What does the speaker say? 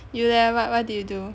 you leh what what did you do